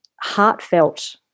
heartfelt